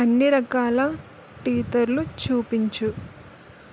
అన్ని రకాల టీతర్లు చూపించు